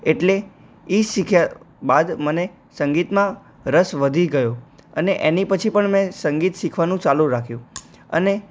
એટલે એ શીખ્યા બાદ મને સંગીતમાં રસ વધી ગયો અને એની પછી પણ મેં સંગીત શીખવાનું ચાલું રાખ્યું અને